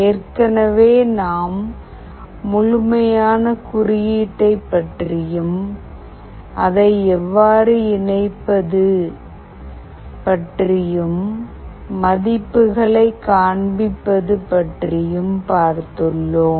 ஏற்கனவே நாம் முழுமையான குறியீட்டை பற்றியும் அதை எவ்வாறு இணைப்பது பற்றியும் மதிப்புகளை காண்பிப்பது பற்றியும் பார்த்துள்ளோம்